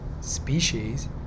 species